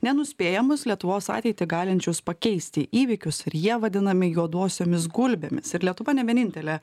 nenuspėjamus lietuvos ateitį galinčius pakeisti įvykius ir jie vadinami juodosiomis gulbėmis ir lietuva ne vienintelė